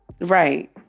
Right